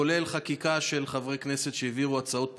כולל חקיקה של חברי כנסת שהעבירו הצעות פרטיות,